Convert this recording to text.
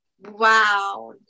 Wow